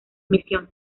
misión